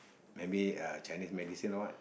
maybe uh Chinese medicine or what